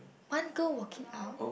one girl walking out